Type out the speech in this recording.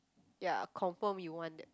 ya confirm you want that